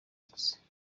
avutse